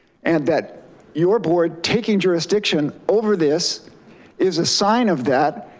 and that your board taking jurisdiction over this is a sign of that,